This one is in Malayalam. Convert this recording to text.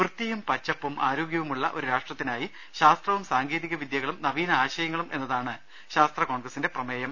വൃത്തിയും പച്ചപ്പും ആരോഗ്യവുമുള്ള ഒരു രാഷ്ട്രത്തിനായി ശാസ്ത്രവും സാങ്കേതിക വിദ്യകളും നവീന ആശയങ്ങളും എന്നതാണ് ശാസ്ത്ര കോൺഗ്രസിന്റെ പ്രമേയം